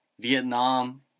Vietnam